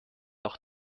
auch